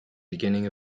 beginning